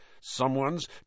Someone's